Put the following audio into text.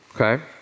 Okay